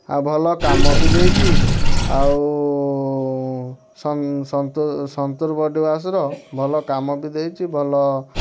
ଆଉ ଭଲ କାମ ବି ଦେଇଛି ଆଉ ସନ୍ତୁର୍ ବଡ଼ି ୱାସ୍ର ଭଲ କାମ ବି ଦେଇଛି ଭଲ